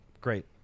great